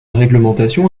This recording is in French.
réglementation